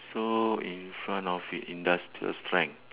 so in front of it industrial strength